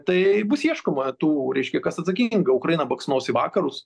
tai bus ieškoma tų reiškia kas atsakinga ukraina baksnos į vakarus